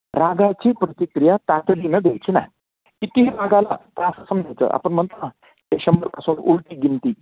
रागाची प्रतिक्रिया तातडीनं द्यायची नाही किती राग आला तर असं समजायचं आपण म्हणतो ना उलटी गिनती